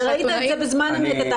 ראית את זה בזמן אמת.